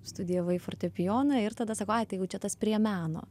studijavai fortepijoną ir tada sako ai tai jau čia tas prie meno